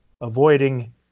avoiding